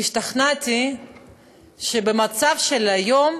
והשתכנעתי שבמצב של היום,